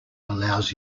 allows